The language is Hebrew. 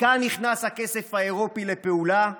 וכאן נכנס הכסף האירופי לפעולה.